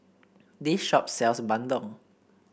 this shop sells bandung